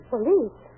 Police